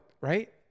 right